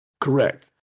Correct